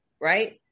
right